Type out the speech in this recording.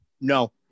No